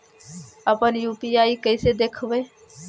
अपन यु.पी.आई कैसे देखबै?